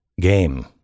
game